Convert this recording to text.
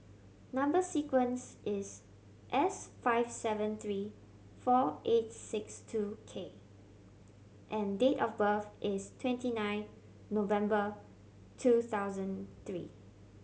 number sequence is S five seven three four eight six two K and date of birth is twenty nine November two thousand three